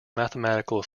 mathematical